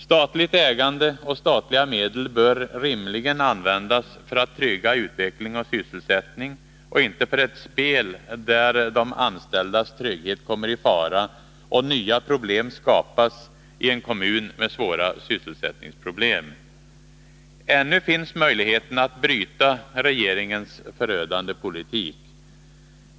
Statligt ägande och statliga medel bör rimligen användas för att trygga utveckling och sysselsättning och inte för ett spel, där de anställdas trygghet kommer i fara och nya problem skapas i en kommun med svåra sysselsättningsproblem. Ännu finns möjligheten att bryta regeringens förödande politik.